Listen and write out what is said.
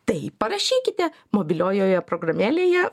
tai parašykite mobiliojoje programėlėje